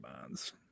Bonds